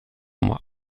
moi